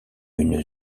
une